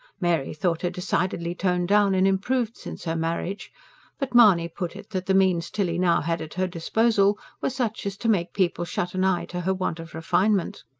mary thought her decidedly toned down and improved since her marriage but mahony put it that the means tilly now had at her disposal were such as to make people shut an eye to her want of refinement.